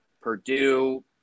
Purdue